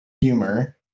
humor